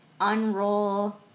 unroll